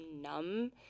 numb